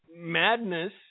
Madness